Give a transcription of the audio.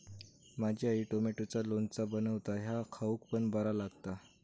माझी आई टॉमॅटोचा लोणचा बनवता ह्या खाउक पण बरा लागता